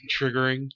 Triggering